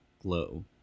glow